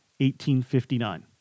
1859